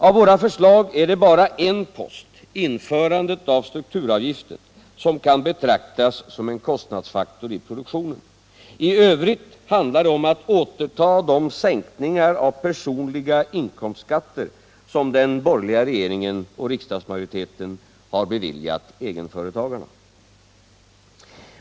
Av våra förslag är det bara en post, införandet av strukturavgiften, som kan betraktas som en kostnadsfaktor i produktionen. I övrigt handlar det om att återta de sänkningar av personliga inkomstskatter som den borgerliga regeringen beviljat egenföretagarna.